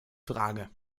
frage